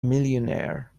millionaire